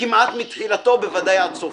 כמעט מתחילתו, בוודאי עד סופו.